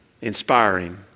inspiring